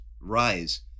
rise